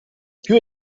più